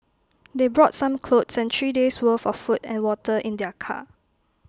they brought some clothes and three days' worth of food and water in their car